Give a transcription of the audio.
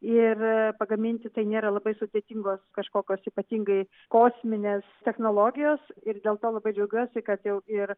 ir pagaminti tai nėra labai sudėtingos kažkokios ypatingai kosminės technologijos ir dėl to labai džiaugiuosi kad jau ir